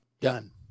done